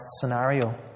scenario